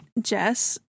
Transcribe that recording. jess